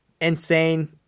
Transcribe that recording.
insane